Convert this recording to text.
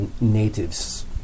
natives